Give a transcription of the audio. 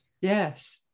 Yes